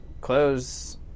close